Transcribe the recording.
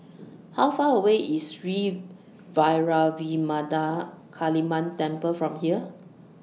How Far away IS Sri Vairavimada Kaliamman Temple from here